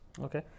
Okay